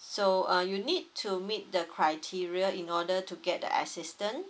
so uh you need to meet the criteria in order to get the assistance